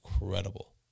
incredible